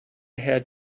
had